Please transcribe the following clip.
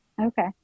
Okay